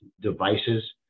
devices